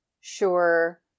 sure